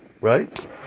right